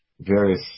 various